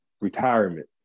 retirement